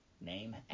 name